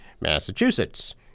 Massachusetts